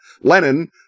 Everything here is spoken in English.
Lenin